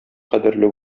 кадерле